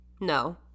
No